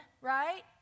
right